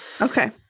Okay